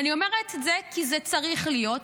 אני אומרת זה כי זה צריך להיות,